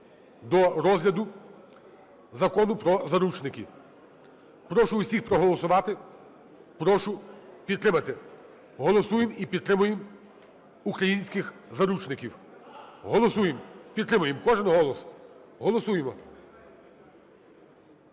до розгляду Закону про заручників. Прошу всіх проголосувати, прошу підтримати. Голосуємо і підтримуємо українських заручників. Голосуємо, підтримуємо! Кожен голос! Голосуємо!